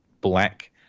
black